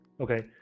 Okay